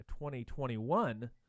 2021